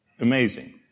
amazing